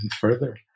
further